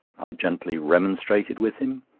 i gently remonstrated with him,